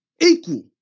Equal